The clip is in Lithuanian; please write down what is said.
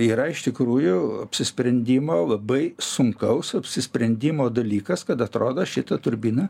yra iš tikrųjų apsisprendimo labai sunkaus apsisprendimo dalykas kad atrodo šitą turbiną